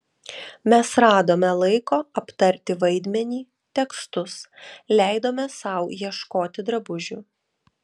mes radome laiko aptarti vaidmenį tekstus leidome sau ieškoti drabužių